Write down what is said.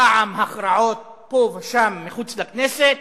פעם הכרעות פה ושם מחוץ לכנסת,